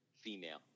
female